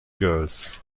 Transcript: girls